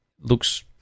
looks